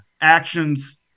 actions